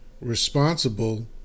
responsible